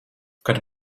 kad